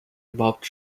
überhaupt